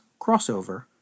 crossover